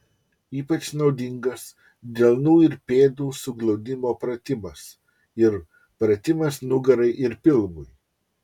ypač naudingas delnų ir pėdų suglaudimo pratimas ir pratimas nugarai ir pilvui